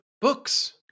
Books